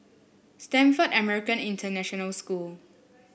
Stamford American International School